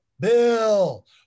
Bill